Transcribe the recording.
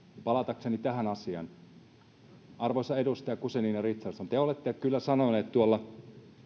palatakseni tähän asiaan arvoisa edustaja guzenina richardson te te kyllä tuolla